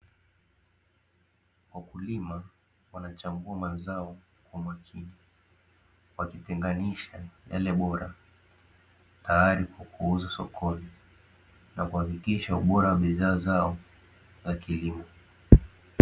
Wakulima wanachambua mazao kwa umakini wakitenganisha yale bora tayari kwa kuuzwa sokoni na kuhakikisha ubora wa bidhaa zao za kilimo.